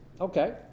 Okay